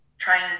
trying